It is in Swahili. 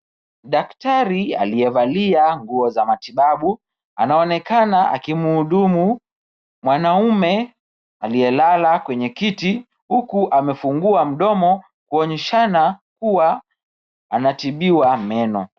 Daktari aliyevalia nguo za matibabu anaonekana akimhudumu mwanaume aliyelala kwenye kiti huku amefungua mdomo kuonyeshana kuwa anatibiwa meno.